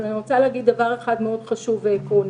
אני רוצה להגיד דבר אחד חשוב מאוד ועקרוני: